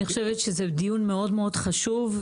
אני חושבת שזה דיון מאוד מאוד חשוב.